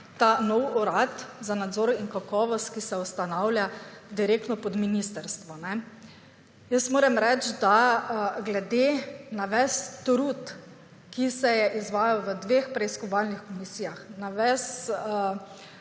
ta nov urad za nadzor in kakovost, ki se ustanavlja direktno pod ministrstvo. Jaz moram reči, da glede na ves trud, ki se je izvajal v dveh preiskovalnih komisijah, na vso